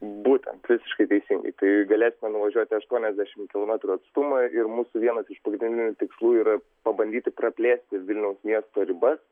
būtent visiškai teisingai tai galės na nuvažiuoti aštuoniasdešimt kilometrų atstumą ir mūsų vienas iš pagrindinių tikslų yra pabandyti praplėsti vilniaus miesto ribas